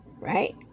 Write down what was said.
right